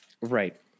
right